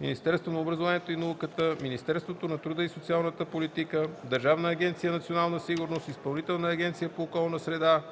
Министерството на образованието и науката, Министерството на труда и социалната политика, Държавна агенция „Национална сигурност”, Изпълнителната агенция по околна среда,